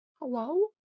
Hello